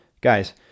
Guys